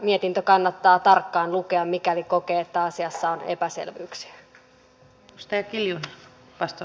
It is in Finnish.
mietintö kannattaa tarkkaan lukea mikäli kokee että asiassa on epäselvyyksiä